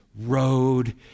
road